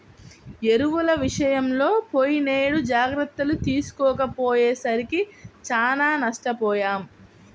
ఎరువుల విషయంలో పోయినేడు జాగర్తలు తీసుకోకపోయేసరికి చానా నష్టపొయ్యాం